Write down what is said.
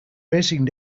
racing